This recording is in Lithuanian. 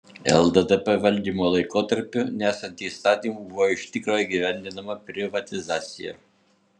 lddp valdymo laikotarpiu nesant įstatymų buvo iš tikro įgyvendinama privatizacija